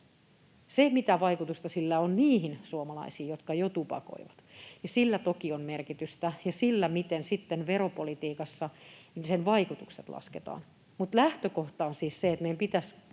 Sillä, mitä vaikutusta sillä on niihin suomalaisiin, jotka jo tupakoivat, on toki merkitystä — ja sillä, miten sitten veropolitiikassa sen vaikutukset lasketaan. Mutta lähtökohta on siis se, että meidän pitäisi